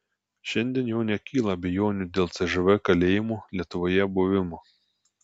šiandien jau nekyla abejonių dėl cžv kalėjimų lietuvoje buvimo